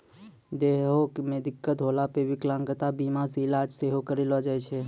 देहो मे दिक्कत होला पे विकलांगता बीमा से इलाज सेहो करैलो जाय छै